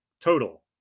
total